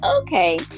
okay